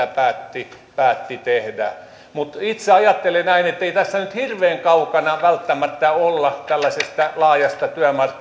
päätti tehdä mutta itse ajattelen näin ettei tässä nyt hirveän kaukana välttämättä olla tällaisesta laajasta